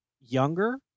younger